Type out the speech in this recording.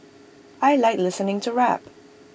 I Like listening to rap